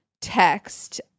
text